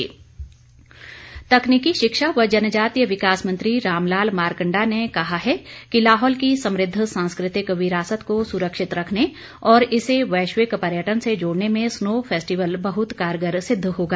मारकंडा तकनीकी शिक्षा व जनजातीय विकास मंत्री रामलाल मारकंडा ने कहा है कि लाहौल की समृद्ध सांस्कृतिक विरासत को सुरक्षित रखने और इसे वैश्विक पर्यटन से जोड़ने में स्नो फेस्टिवल बहुत कारगर सिद्ध होगा